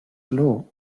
law